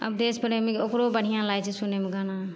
अवधेश प्रेमीके ओकरो बढ़िआँ लागै छै सुनैमे गाना